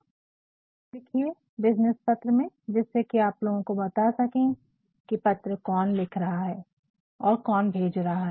तो अपना पद भी लिखिए बिज़नेस पत्र में जिससे की आप लोगो को बता सके की पत्र कौन लिख रहा है और कौन भेज रहा है